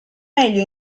meglio